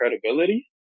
credibility